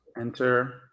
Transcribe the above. Enter